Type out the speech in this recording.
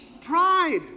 Pride